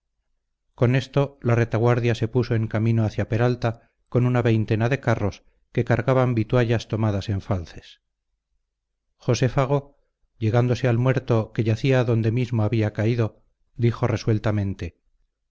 con esto la retaguardia se puso en camino hacia peralta con una veintena de carros que cargaban vituallas tomadas en falces josé fago llegándose al muerto que yacía donde mismo había caído dijo resueltamente